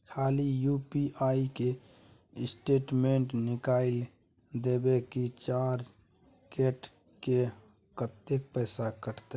खाली यु.पी.आई के स्टेटमेंट निकाइल देबे की चार्ज कैट के, कत्ते पैसा कटते?